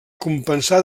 compensar